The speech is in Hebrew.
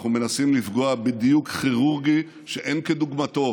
אנחנו מנסים לפגוע בדיוק כירורגי שאין כדוגמתו,